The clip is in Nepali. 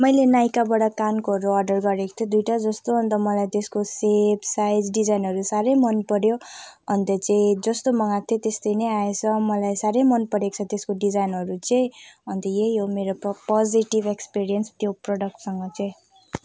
मैले नाइकाबाट कानकोहरू अर्डर गरेको थिएँ दुईवटा जस्तो अनि मलाई त्यसको सेप साइज डिजाइनहरू साह्रै मन पऱ्यो अन्त चाहिँ जस्तो मगाको थिएँ त्यस्तै नै आएछ मलाई साह्रै मन परेको छ त्यसको डिजाइनहरू चाहिँ अन्त यही मेरो प पोजेटिभ एक्सपिरियन्स त्यो प्रडक्टसँग चाहिँ